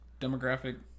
Demographic